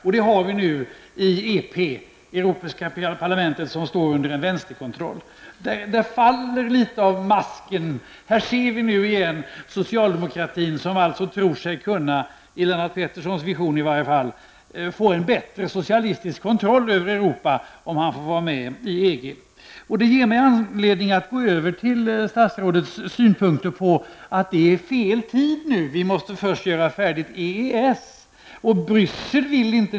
Och det har vi nu i EP, det europeiska parlamentet, som står under en vänsterkontroll. Här faller alltså litet av masken. Här ser vi nu igen socialdemokratin som tror sig kunna, åtminstone i Lennart Petterssons vision, få en bättre socialistisk kontroll över Europa om han får vara med i EG. Detta ger mig anledning att övergå till statsrådets synpunkter på att det nu är fel tid och att vi först måste slutföra EES-förhandlingarna. Hon säger att Bryssel inte vill nu.